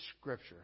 Scripture